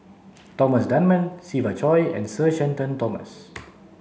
Thomas Dunman Siva Choy and Sir Shenton Thomas